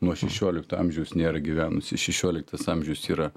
nuo šešiolikto amžiaus nėra gyvenusi šešioliktas amžius yra